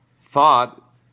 thought